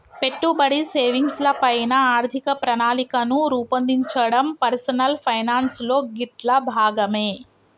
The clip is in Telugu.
పెట్టుబడి, సేవింగ్స్ ల పైన ఆర్థిక ప్రణాళికను రూపొందించడం పర్సనల్ ఫైనాన్స్ లో గిట్లా భాగమే